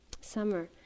summer